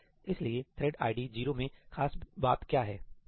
इसलिए thread ID 0 में खास बात क्या है सही है